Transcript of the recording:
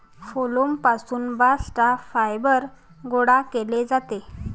phloem पासून bast fibre गोळा केले जाते